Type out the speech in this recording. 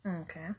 Okay